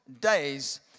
days